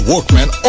workman